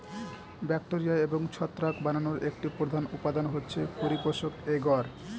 bacteria এবং ছত্রাক বানানোর একটি প্রধান উপাদান হচ্ছে পরিপোষক এগার